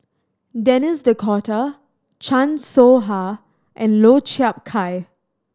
Denis D'Cotta Chan Soh Ha and Lau Chiap Khai